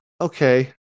okay